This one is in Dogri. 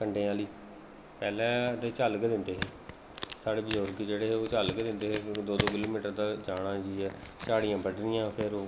कंडें आह्ली पैह्लें ते झल्ल गै दिंदे हे साढ़े बजुर्ग जेह्ड़े हे ओह् झल्ल गै दिंदे हे इक इक दो दो किलोमीटर जाना जाइयै झूड़ियां बड्ढनियां फ्ही ओह्